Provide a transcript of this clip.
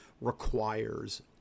requires